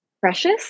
precious